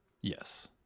Yes